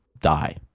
die